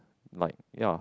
like ya